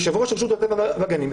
יושב-ראש רשות הטבע והגנים,